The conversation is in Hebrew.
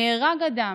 נהרג אדם,